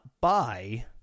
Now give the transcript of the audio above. buy